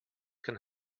can